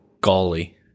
golly